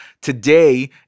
today